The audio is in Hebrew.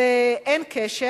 אין קשר.